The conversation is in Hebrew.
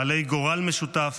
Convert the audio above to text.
בעלי גורל משותף,